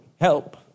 help